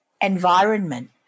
environment